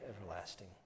everlasting